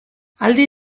aldi